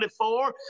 24